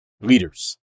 leaders